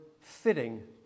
fitting